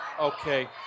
Okay